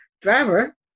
driver